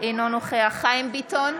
אינו נוכח חיים ביטון,